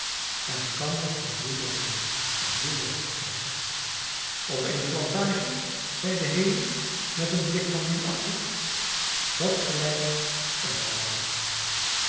en kan nog een boel werk doen een boel werk meester op eene plantage zeide haley met een blik van minachting dat gelijkt er wel naar